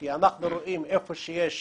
כי אנחנו רואים שאיפה שיש